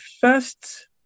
first